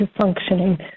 functioning